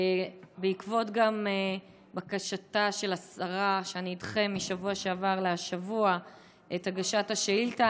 בעקבות בקשתה של השרה שאני אדחה משבוע שעבר לשבוע זה את הגשת השאילתה,